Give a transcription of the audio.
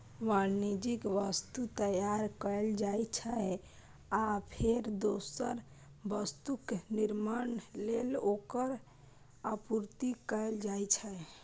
वाणिज्यिक वस्तु तैयार कैल जाइ छै, आ फेर दोसर वस्तुक निर्माण लेल ओकर आपूर्ति कैल जाइ छै